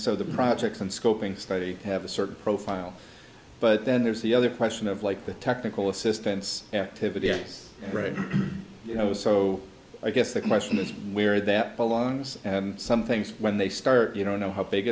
so the projects and scoping study have a certain profile but then there's the other question of like the technical assistance activity yes you know so i guess the question is where that belongs and some things when they start you don't know how big